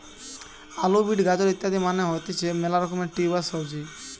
আলু, বিট, গাজর ইত্যাদি মানে হতিছে মেলা রকমের টিউবার সবজি